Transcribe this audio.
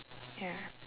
ya